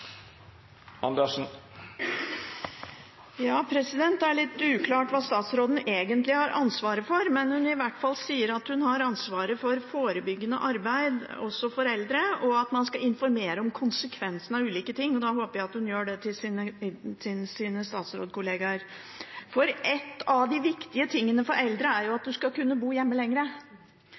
Det er litt uklart hva statsråden egentlig har ansvaret for, men hun sier i hvert fall at hun har ansvaret for forebyggende arbeid også for eldre, og at man skal informere om konsekvensen av ulike ting. Da håper jeg hun gjør det til sine statsrådkolleger, for noe av det viktigste for eldre er jo at man skal kunne bo hjemme